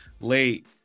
late